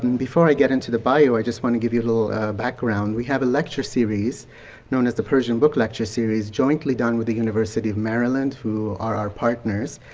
before i get into the bio, i just want to give you a little background. we have a lecture series known as the persian book lecture series jointly done with the university of maryland who are our partners.